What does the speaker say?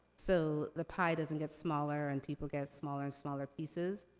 so, the pie doesn't get smaller, and people get smaller and smaller pieces.